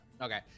Okay